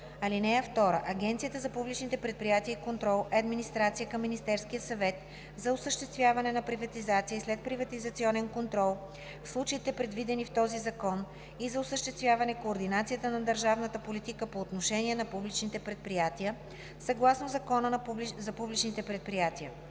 (2) Агенцията за публичните предприятия и контрол е администрация към Министерския съвет за осъществяване на приватизация и следприватизационен контрол в случаите, предвидени в този закон, и за осъществяване координацията на държавната политика по отношение на публичните предприятия съгласно Закона за публичните предприятия.